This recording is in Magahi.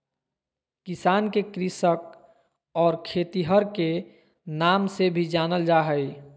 किसान के कृषक और खेतिहर के नाम से भी जानल जा हइ